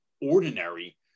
ordinary